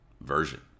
version